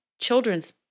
children's